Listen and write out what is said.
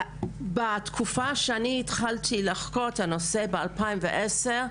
בתקופה שאני התחלתי לחקור את הנושא ב-2010,